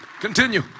Continue